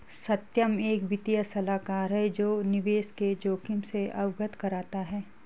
सत्यम एक वित्तीय सलाहकार है जो निवेश के जोखिम से अवगत कराता है